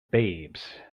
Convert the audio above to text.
babes